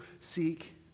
seek